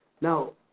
Now